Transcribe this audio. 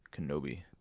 Kenobi